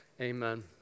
amen